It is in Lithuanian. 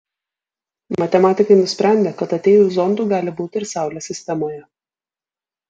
matematikai nusprendė kad ateivių zondų gali būti ir saulės sistemoje